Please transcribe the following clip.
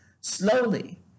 Slowly